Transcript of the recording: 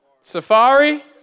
Safari